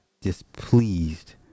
displeased